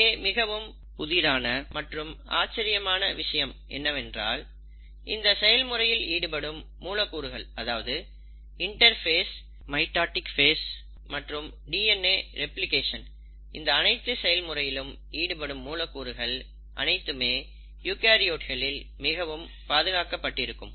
இங்கே மிகவும் புதிதான மற்றும் ஆச்சரியமான விஷயம் என்னவென்றால் இந்த செயல்முறையில் ஈடுபடும் மூலக்கூறுகள் அதாவது இன்டர்பேஸ் மைடாடிக் ஃபேஸ் மற்றும் டிஎன்ஏ ரெப்ளிகேஷன் இந்த அனைத்து செயல் முறையிலும் ஈடுபடும் மூலக் கூறுகள் அனைத்துமே யூகரியோட்களில் மிகவும் பாதுகாக்கப்பட்டிருக்கும்